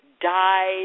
died